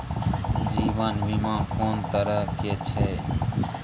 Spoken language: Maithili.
जीवन बीमा कोन तरह के छै?